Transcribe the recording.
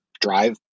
drive